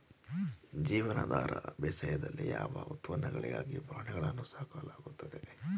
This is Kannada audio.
ಜೀವನಾಧಾರ ಬೇಸಾಯದಲ್ಲಿ ಯಾವ ಉತ್ಪನ್ನಗಳಿಗಾಗಿ ಪ್ರಾಣಿಗಳನ್ನು ಸಾಕಲಾಗುತ್ತದೆ?